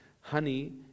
Honey